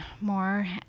more